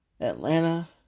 Atlanta